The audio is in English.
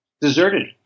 deserted